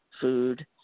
food